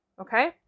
Okay